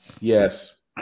Yes